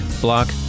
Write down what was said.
block